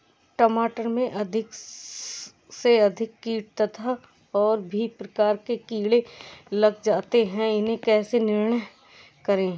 टमाटर में अधिक से अधिक कीट तथा और भी प्रकार के कीड़े लग जाते हैं इन्हें कैसे नियंत्रण करें?